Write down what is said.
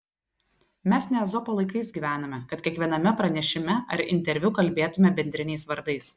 mes ne ezopo laikais gyvename kad kiekviename pranešime ar interviu kalbėtume bendriniais vardais